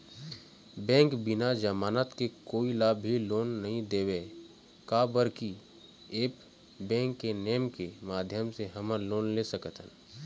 Bank बिना जमानत के कोई ला भी लोन नहीं देवे का बर की ऐप बैंक के नेम के माध्यम से हमन लोन ले सकथन?